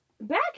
back